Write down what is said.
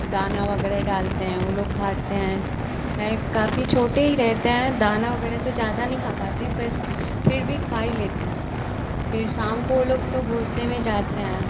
दाना वग़ैरह डालते हैं वह लोग खाते हैं हैं काफ़ी छोटे ही रहते हैं दाना वग़ैरह तो ज़्यादा नहीं खा पाते पर फिर भी खा ही लेते हैं फिर शाम को वह लोग तो घोंसले में जाते हैं